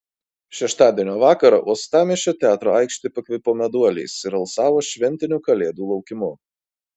šeštadienio vakarą uostamiesčio teatro aikštė pakvipo meduoliais ir alsavo šventiniu kalėdų laukimu